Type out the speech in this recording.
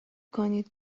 کنید